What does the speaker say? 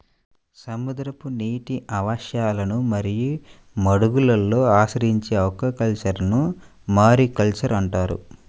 సముద్రపు నీటి ఆవాసాలు మరియు మడుగులలో ఆచరించే ఆక్వాకల్చర్ను మారికల్చర్ అంటారు